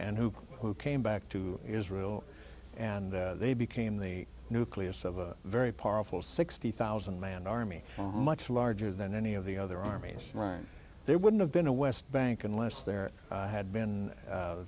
and who who came back to israel and they became the nucleus of a very powerful sixty thousand man army much larger than any of the other armies right there wouldn't have been a west bank unless there had been